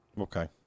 Okay